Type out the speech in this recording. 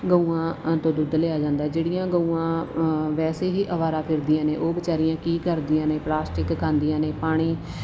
ਗਊਆਂ ਤੋਂ ਦੁੱਧ ਲਿਆ ਜਾਂਦਾ ਜਿਹੜੀਆਂ ਗਊਆਂ ਵੈਸੇ ਹੀ ਅਵਾਰਾ ਫਿਰਦੀਆਂ ਨੇ ਉਹ ਵਿਚਾਰੀਆਂ ਕੀ ਕਰਦੀਆਂ ਨੇ ਪਲਾਸਟਿਕ ਖਾਂਦੀਆਂ ਨੇ ਪਾਣੀ